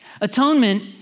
Atonement